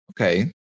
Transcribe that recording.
Okay